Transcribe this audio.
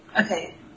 Okay